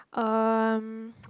um